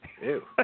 Ew